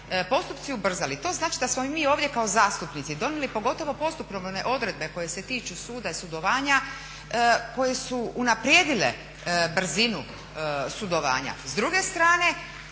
postupci ubrzali to znači da smo i mi ovdje kao zastupnici donijeli pogotovo postupovne odredbe koje se tiču suda, sudovanja koje su unaprijedile brzinu sudovanja.